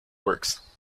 works